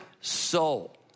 soul